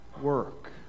work